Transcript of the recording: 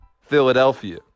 Philadelphia